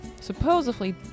supposedly